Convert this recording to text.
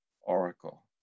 oracle